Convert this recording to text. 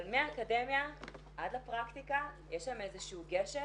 אבל מהאקדמיה עד לפרקטיקה יש שם איזשהו גשר